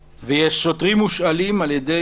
היה מדובר באיסוף קרשים לחגיגות ל"ג בעומר.